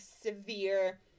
severe